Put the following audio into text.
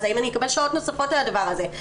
האם אני אקבל שעות נוספות על הדבר הזה?